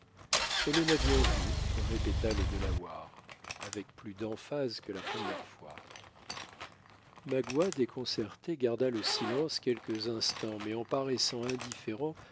elle est la bienvenue répéta le delaware avec plus d'emphase que la première fois magua déconcerté garda le silence quelques instants mais en paraissant indifférent